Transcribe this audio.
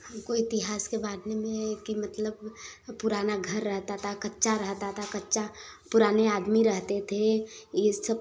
हमको इतिहास के बारे में कि मतलब पुराना घर रहता था कच्चा रहता था कच्चा पुराने आदमी रहते थे ये सब